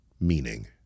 meaning